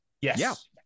Yes